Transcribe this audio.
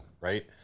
right